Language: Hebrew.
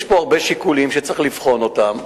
יש פה הרבה שיקולים שצריך לבחון אותם.